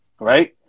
Right